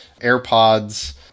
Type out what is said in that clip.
AirPods